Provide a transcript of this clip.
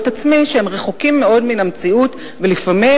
עצמי שהם רחוקים מאוד מן המציאות ולפעמים,